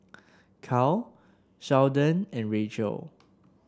Cale Sheldon and Racheal